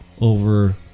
over